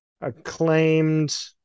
acclaimed